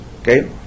Okay